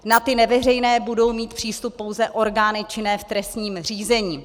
Na ty neveřejné budou mít přístup pouze orgány činné v trestním řízení.